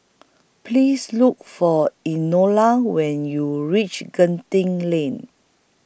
Please Look For Enola when YOU REACH Genting Lane